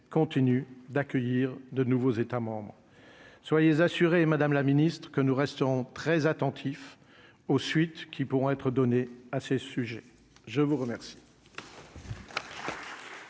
continue d'accueillir de nouveaux états membres soyez assurée, Madame la Ministre, que nous restons très attentifs aux suites qui pourront être données à ce sujet, je vous remercie.